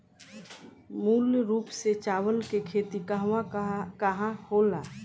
मूल रूप से चावल के खेती कहवा कहा होला?